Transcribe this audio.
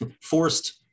forced